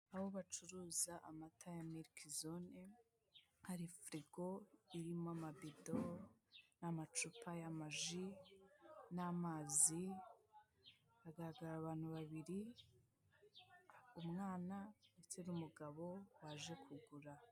Aho bacuruza amata ya miliki zone hari firigo irimo amabido n'amacupa y'amaji n'amazi, hagaragara abantu babiri umwana ndetse n'umugabo waje kugura.